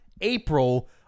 april